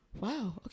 Wow